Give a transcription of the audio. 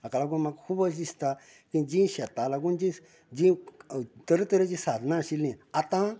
हाका लागून म्हाका खूबशें अशें दिसता की जी शेतांक लागून जी जी तरेतरेची साधनां आशिल्ली आता